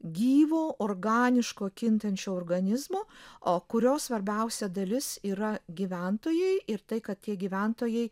gyvo organiško kintančio organizmo a kurio svarbiausia dalis yra gyventojai ir tai kad tie gyventojai